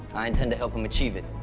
i intend to help him achieve it.